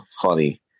funny